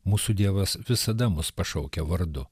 mūsų dievas visada mus pašaukia vardu